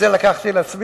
את זה לקחתי על עצמי.